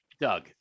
Doug